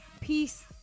peace